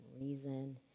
reason